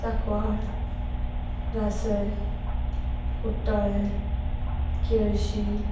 Sancoale Rassaim Cortalim Quelossim